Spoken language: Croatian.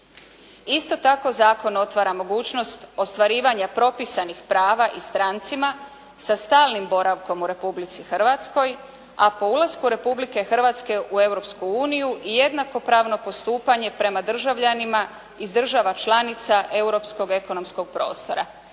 Isto tako, zakon otvara mogućnost ostvarivanja propisanih prava i strancima sa stalnim boravkom u Republici Hrvatskoj, a po ulasku Republike Hrvatske u Europsku uniju i jednakopravno postupanje prema državljanima iz država članica europskog ekonomskog prostora.